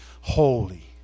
holy